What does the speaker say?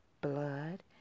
blood